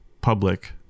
public